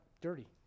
dirty